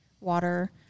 water